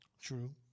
True